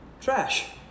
trash